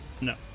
No